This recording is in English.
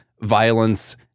violence